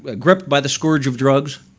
ah gripped by the scourge of drugs,